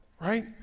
Right